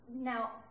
now